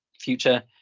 future